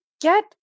get